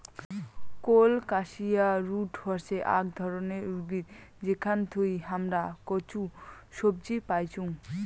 colocasia root হসে আক ধরণের উদ্ভিদ যেখান থুই হামরা কচু সবজি পাইচুং